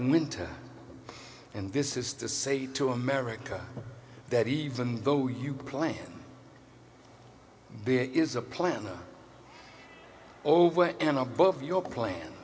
winter and this is to say to america that even though you plan b is a plan over and above your plan